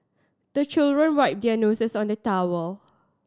the children wipe their noses on the towel